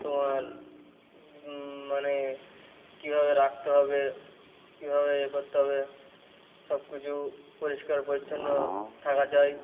তোমার মানে কীভাবে রাখতে হবে কীভাবে ইয়ে করতে হবে সব কিছু পরিষ্কার পরিচ্ছন্ন থাকা চাই